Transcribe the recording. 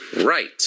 Right